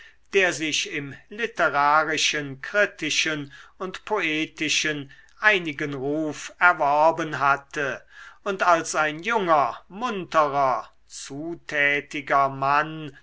der sich im literarischen kritischen und poetischen einigen ruf erworben hatte und als ein junger munterer zutätiger mann